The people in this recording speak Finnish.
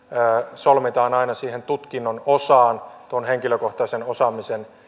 solmitaan aina tutkinnon osaan tuon henkilökohtaisen osaamisen